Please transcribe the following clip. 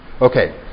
Okay